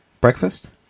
Breakfast